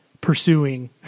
pursuing